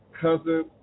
cousin